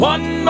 One